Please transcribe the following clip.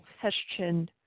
question